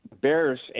Bears